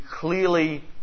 clearly